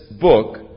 book